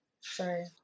sorry